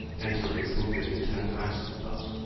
until he has completed ten times the thought,